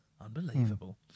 unbelievable